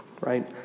right